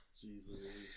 Jesus